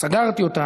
סגרתי אותה,